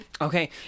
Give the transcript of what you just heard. Okay